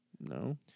no